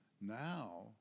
now